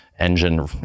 Engine